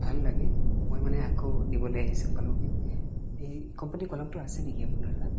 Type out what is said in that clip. ভাল লাগিল মই মানে আকৌ নিবলৈ আহিছোঁ কলমবিধ এই কোম্পানীৰ কলমটো আছে নেকি আপোনাৰ তাত